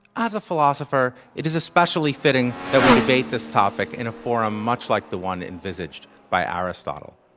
as a philosopher, it is especially fitting that we debate this topic in a forum much like the one envisages by aristotle.